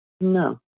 No